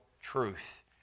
truth